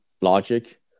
logic